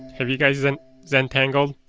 have you guys and zentangled?